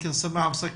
בבקשה.